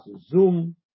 Zoom